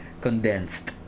condensed